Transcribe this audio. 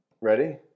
Ready